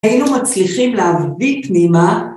היינו מצליחים להביא פנימה